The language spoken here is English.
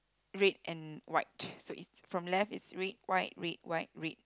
red and white so it's from left it's red white red white red